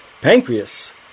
Pancreas